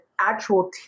actual